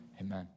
Amen